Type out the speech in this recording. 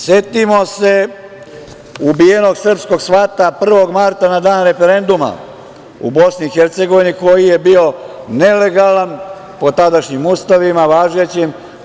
Setimo se ubijenog srpskog svata 1. marta, na dan referenduma u BiH koji je bio nelegalan po tadašnjim važećih ustavima.